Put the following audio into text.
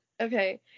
Okay